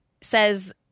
says